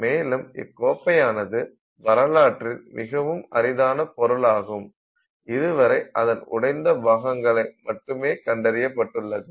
மேலும் இக்கோப்பையானது வரலாற்றில் மிகவும் அரிதான பொருளாகும் இதுவரை அதன் உடைந்த பாகங்கள் மட்டுமே கண்டறியப்பட்டுள்ளது